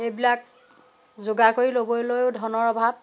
এইবিলাক যোগাৰ কৰি ল'বলৈও ধনৰ অভাৱ